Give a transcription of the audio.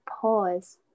pause